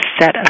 set